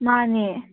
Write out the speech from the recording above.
ꯃꯥꯅꯦ